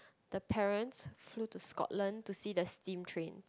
the parents flew to Scotland to see the steam train